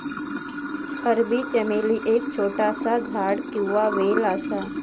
अरबी चमेली एक छोटासा झाड किंवा वेल असा